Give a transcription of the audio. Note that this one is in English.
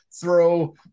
throw